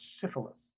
syphilis